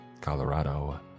Colorado